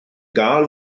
gael